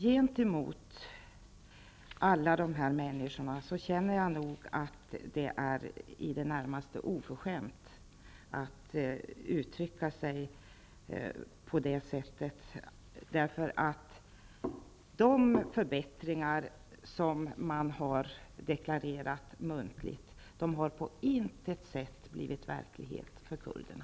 Gentemot alla dessa människor känner jag att det är i det närmaste oförskämt att uttrycka sig på detta sätt, eftersom de förbättringar som man har deklarerat muntligt på intet sätt har blivit verklighet för kurderna.